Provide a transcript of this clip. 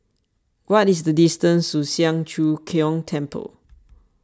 what is the distance to Siang Cho Keong Temple